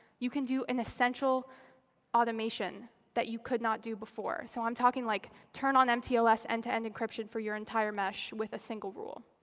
you can do an essential automation that you could not do before. so i'm talking like turn on mtls end-to-end encryption for your entire mesh with a single rule.